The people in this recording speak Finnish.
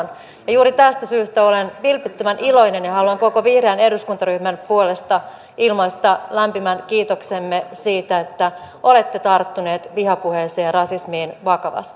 ja juuri tästä syystä olen vilpittömän iloinen ja haluan koko vihreän eduskuntaryhmän puolesta ilmaista lämpimän kiitoksemme siitä että olette tarttuneet vihapuheeseen ja rasismiin vakavasti